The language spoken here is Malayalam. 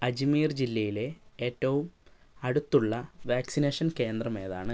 അജ്മീർ ജില്ലയിലെ ഏറ്റവും അടുത്തുള്ള വാക്സിനേഷൻ കേന്ദ്രം ഏതാണ്